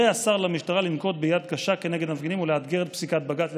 השר למשטרה לנקוט יד קשה כנגד המפגינים ולאתגר את פסיקת בג"ץ.